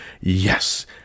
yes